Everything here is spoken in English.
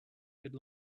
could